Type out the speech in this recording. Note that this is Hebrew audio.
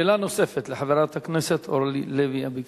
שאלה נוספת לחברת הכנסת אורלי לוי אבקסיס.